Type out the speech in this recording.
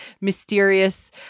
mysterious